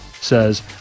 says